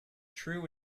true